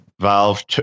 Valve